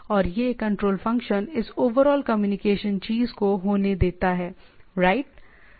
और यह control function इस ओवरऑल कम्युनिकेशन चीज़ को होने देता है राइट